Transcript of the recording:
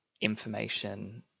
information